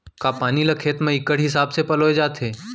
का पानी ला खेत म इक्कड़ हिसाब से पलोय जाथे?